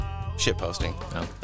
Shitposting